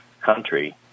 country